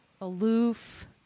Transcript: Aloof